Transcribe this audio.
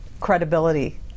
credibility